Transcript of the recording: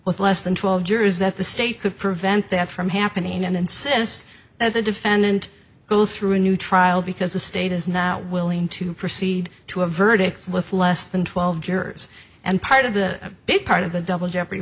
with less than twelve jurors that the state could prevent that from happening and insist that the defendant go through a new trial because the state is not willing to proceed to a verdict with less than twelve jurors and part of the big part of the double jeopardy